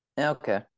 okay